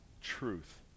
truth